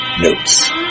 Notes